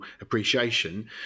appreciation